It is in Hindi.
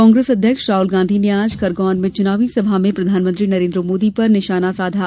कांग्रेस अध्यक्ष राहुल गांधी ने आज खरगौन में चुनावी सभा में प्रधानमंत्री नरेन्द्र मोदी पर निशाना साधा